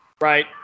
Right